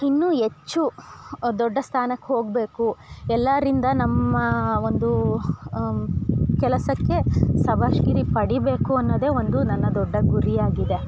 ಇನ್ನು ಹೆಚ್ಚು ದೊಡ್ಡ ಸ್ಥಾನಕ್ಕೆ ಹೋಗಬೇಕು ಎಲ್ಲರಿಂದ ನಮ್ಮ ಒಂದು ಕೆಲಸಕ್ಕೆ ಶಬ್ಬಾಷ್ ಗಿರಿ ಪಡಿಬೇಕು ಅನ್ನೋದೇ ಒಂದು ನನ್ನ ದೊಡ್ಡ ಗುರಿ ಆಗಿದೆ